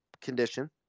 condition